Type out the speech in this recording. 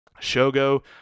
Shogo